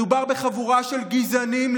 מדובר בחבורה של גזענים,